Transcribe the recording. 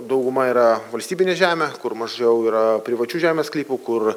dauguma yra valstybinė žemė kur mažiau yra privačių žemės sklypų kur